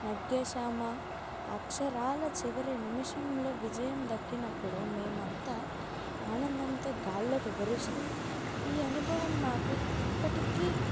నెగ్గేశామా అక్షరాల చివరి నిమిషంలో విజయం దక్కినప్పుడు మేమంతా ఆనందంతో గాల్లోకి ఎగిరేశాము ఈ అనుభవం నాకు ఇప్పటికీ